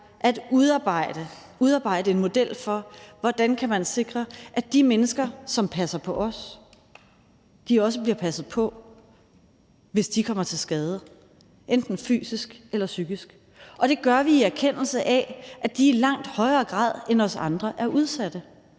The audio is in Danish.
at udarbejde en model for, hvordan man kan sikre, at de mennesker, som passer på os, også bliver passet på, hvis de kommer til skade, enten fysisk eller psykisk. Og det gør vi, i erkendelse af at de i langt højere grad end os andre er udsatte.